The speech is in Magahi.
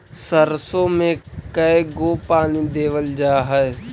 सरसों में के गो पानी देबल जा है?